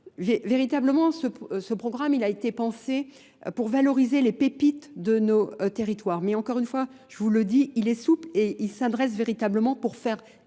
Véritablement, ce programme a été pensé pour valoriser les pépites de nos territoires. Mais encore une fois, je vous le dis, il est souple et il s'adresse véritablement pour faire